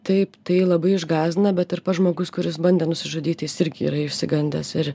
taip tai labai išgąsdina bet ir žmogus kuris bandė nusižudyti jis irgi yra išsigandęs ir